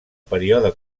període